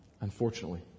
unfortunately